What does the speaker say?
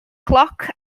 cloc